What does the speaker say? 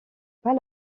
pas